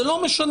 זה לא משנה.